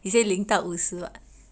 you say 领导五十 [what]